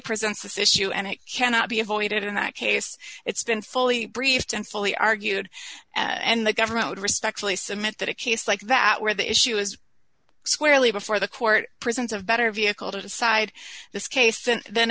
issue and it cannot be avoided in that case it's been fully briefed and fully argued and the government would respectfully submit that a case like that where the issue is squarely before the court presence of better vehicle to decide this case